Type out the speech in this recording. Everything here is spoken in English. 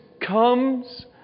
comes